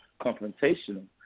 confrontational